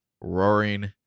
roaring